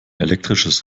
elektrisches